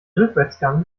rückwärtsgang